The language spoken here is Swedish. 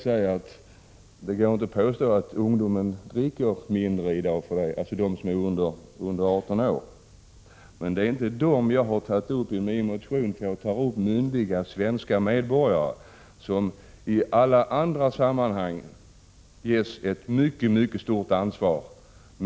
Låt mig inom parentes peka på att det inte kan göras gällande att ungdomar under 18 år i dag skulle dricka mindre än dem som det här gäller. Min motion berör myndiga svenska medborgare, som i alla andra sammanhang kan anförtros mycket stort ansvar.